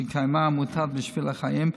שקיימה עמותת בשביל החיים,